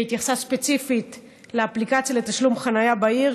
שהתייחסה ספציפית לאפליקציה לתשלום חניה בעיר,